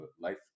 life